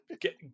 Get